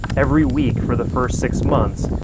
every week for the first six months,